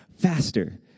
faster